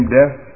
death